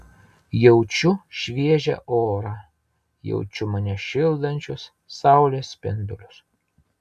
jaučiu šviežią orą jaučiu mane šildančius saulės spindulius